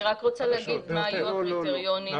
אני רוצה לומר מה היו הקריטריונים.